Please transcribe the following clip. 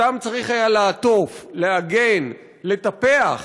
אותם צריך היה לעטוף, להגן, לטפח,